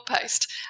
post